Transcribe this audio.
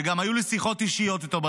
וגם היו לי שיחות אישיות איתו בנושא,